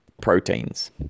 proteins